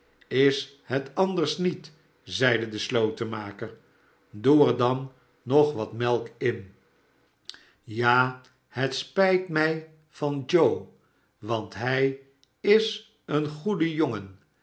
is het anders niet zeide de slotenmaker sdoe er dan nog wat melk in ja het spijt mij van joe want hij is een goede jongen